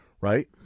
Right